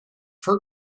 for